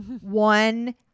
one